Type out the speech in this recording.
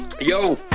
yo